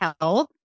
health